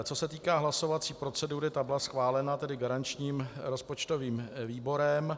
Co se týká hlasovací procedury, ta byla schválena garančním rozpočtovým výborem.